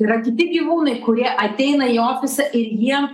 yra kiti gyvūnai kurie ateina į ofisą ir jiem